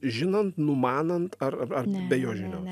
žinant numanant ar be jo žinios